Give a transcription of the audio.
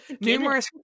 numerous